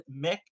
Mick